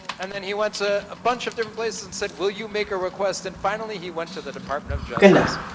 and then he went to a bunch of different places and said, will you make a request? and finally, he went to the department of justice,